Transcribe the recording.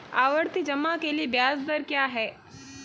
आवर्ती जमा के लिए ब्याज दर क्या है?